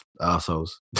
assholes